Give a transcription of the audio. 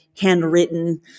handwritten